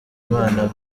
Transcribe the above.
imana